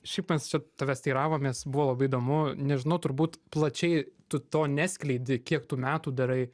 šiaip mes čia tavęs teiravomės buvo labai įdomu nežinau turbūt plačiai tu to neskleidi kiek tu metų darai